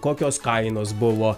kokios kainos buvo